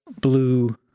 blue